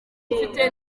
mfite